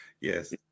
yes